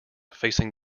facing